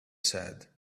said